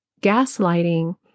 gaslighting